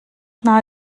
naa